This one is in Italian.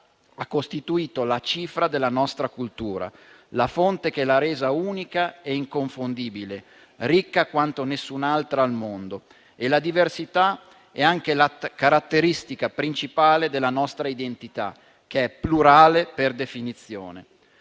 La diversità ha costituito la cifra della nostra cultura, la fonte che l'ha resa unica e inconfondibile, ricca quanto nessun'altra al mondo. La diversità è anche la caratteristica principale della nostra identità, che è plurale per definizione.